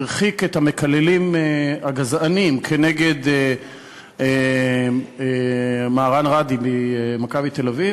שהרחיק את המקללים הגזענים כנגד מהראן ראדי מ"מכבי תל-אביב",